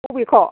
बबेखौ